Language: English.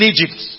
Egypt